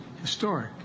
historic